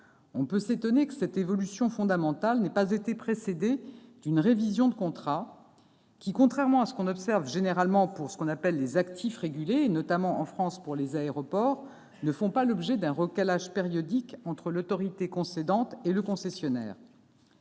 On peut s'étonner que cette évolution fondamentale n'ait pas été précédée de la révision de contrats qui, contrairement à ce que l'on observe généralement pour ce qu'on appelle les « actifs régulés » et notamment, en France, pour les aéroports, ne font pas l'objet d'un recalage périodique entre l'autorité concédante et le concessionnaire.